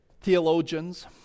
theologians